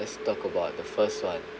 let's talk about the first one